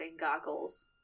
goggles